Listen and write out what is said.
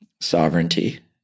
sovereignty